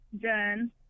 done